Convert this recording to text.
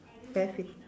bare feet